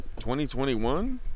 2021